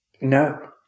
No